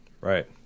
right